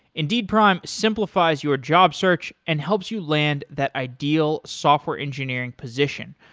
indeed prime simplifies your job search and helps you land that ideal software engineering position.